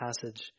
passage